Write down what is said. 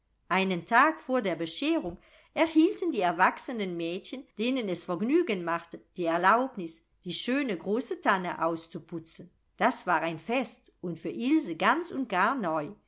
einen tag vor der bescherung erhielten die erwachsenen mädchen denen es vergnügen machte die erlaubnis die schöne große tanne auszuputzen das war ein fest und für ilse ganz und gar neu